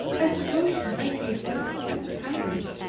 i suppose she might be at one of the campus houses.